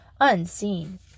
unseen